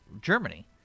Germany